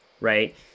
right